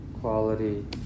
quality